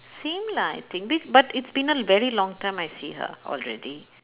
same lah I think bi~ but it's been a very long time I see her already